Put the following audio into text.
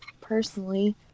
personally